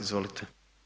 Izvolite.